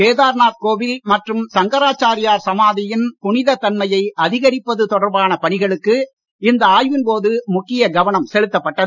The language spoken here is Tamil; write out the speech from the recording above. கேதார்நாத் கோவில் மற்றும் சங்கராச்சாரியார் சமாதியின் புனித தன்மையை அதிகரிப்பது தொடர்பான பணிகளுக்கு இந்த ஆய்வின் போது முக்கிய கவனம் செலுத்தப்பட்டது